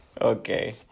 Okay